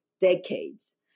decades